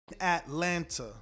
Atlanta